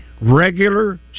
Regular